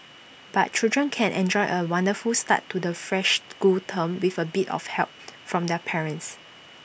but children can enjoy A wonderful start to the fresh school term with A bit of help from their parents